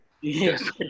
Yes